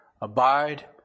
abide